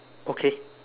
okay